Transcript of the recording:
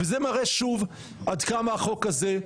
זה מראה שוב עד כמה החוק הזה,